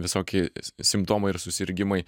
visokie simptomai ir susirgimai